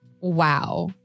wow